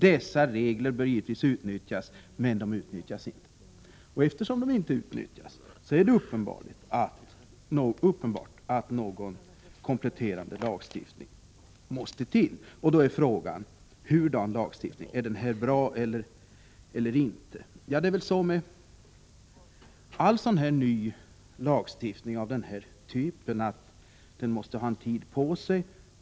Dessa regler bör givetvis utnyttjas.” Men de utnyttjas inte, och eftersom de inte utnyttjas är det uppenbart att någon kompletterande lagstiftning måste till. Då är frågan: Hurdan lagstiftning? Är den här bra eller inte? Det är väl så med all ny lagstiftning av den här typen att den måste ha en tid på sig.